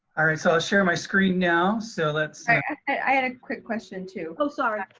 ah right, so i'll share my screen now. so let's say i had a quick question too. oh, sorry.